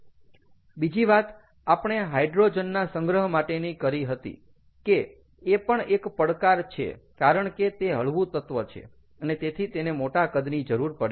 બીજી વાત આપણે હાઈડ્રોજનના સંગ્રહ માટેની કરી હતી કે એ પણ એક પડકાર છે કારણ કે તે હળવું તત્ત્વ છે અને તેથી તેને મોટા કદની જરૂર પડે છે